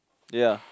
ya